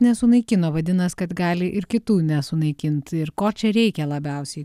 nesunaikino vadinas kad gali ir kitų nesunaikint ir ko čia reikia labiausiai